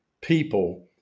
people